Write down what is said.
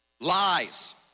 lies